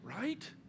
right